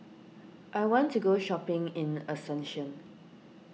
I want to go shopping in Asuncion